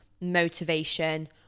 motivation